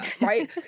right